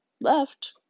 left